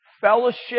fellowship